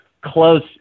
close